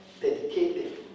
dedicated